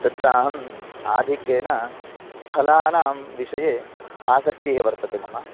तत्र अहम् आधिक्येन फलानां विषये आसक्तिः वर्तते मम